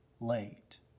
late